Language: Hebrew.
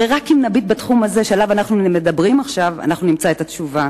הרי אם רק נביט בתחום הזה שעליו אנו מדברים נמצא את התשובה.